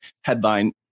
headline